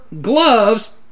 gloves